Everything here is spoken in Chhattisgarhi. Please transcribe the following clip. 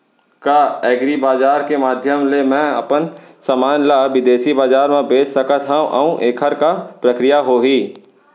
का एग्रीबजार के माधयम ले मैं अपन समान ला बिदेसी बजार मा बेच सकत हव अऊ एखर का प्रक्रिया होही?